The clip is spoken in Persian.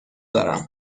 دارم